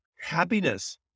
happiness